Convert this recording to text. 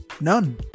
none